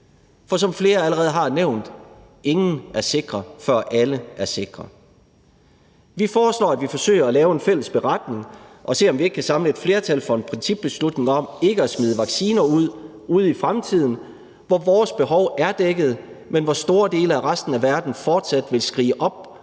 For som flere allerede har nævnt: Ingen er sikre, før alle er sikre. Kl. 17:35 Vi foreslår, at vi forsøger at lave en fælles beretning og ser, om vi ikke kan samle et flertal for en principbeslutning om ikke at smide vacciner ud i fremtiden, hvor vores behov er dækket, men hvor store dele af resten af verden fortsat vil skrige på